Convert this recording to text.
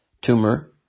tumor